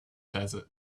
desert